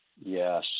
Yes